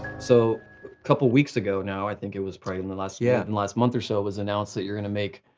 so a couple weeks ago now, i think it was probably in the last yeah and last month or so, it was announced that you're gonna make,